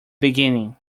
beginning